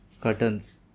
Curtains